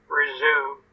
resume